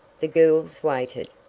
the girls waited.